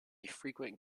frequent